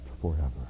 forever